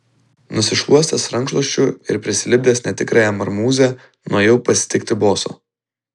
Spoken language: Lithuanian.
nusišluostęs rankšluosčiu ir prisilipdęs netikrąją marmūzę nuėjau pasitikti boso